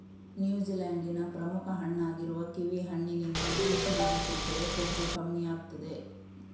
New Zealand ನ ಪ್ರಮುಖ ಹಣ್ಣಾಗಿರುವ ಕಿವಿ ಹಣ್ಣಿನಿಂದ ಜ್ಯೂಸು ಮಾಡಿ ಕುಡಿದ್ರೆ ಕೊಬ್ಬು ಕಮ್ಮಿ ಆಗ್ತದೆ